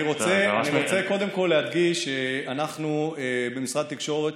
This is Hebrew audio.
אני רוצה קודם להדגיש שאנחנו במשרד תקשורת